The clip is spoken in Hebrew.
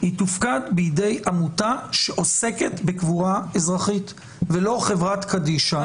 היא תופקד בידי עמותה שעוסקת בקבורה אזרחית ולא חברת קדישא.